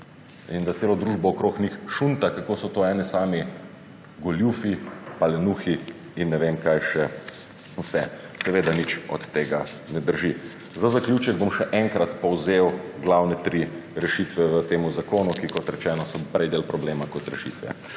in da celo družbo okoli njih šunta, kako so to eni sami goljufi pa lenuhi in ne vem, kaj še vse. Seveda nič od tega ne drži. Za zaključek bom še enkrat povzel glavne tri rešitve v tem zakonu, ki so, kot rečeno, prej del problema kot rešitve.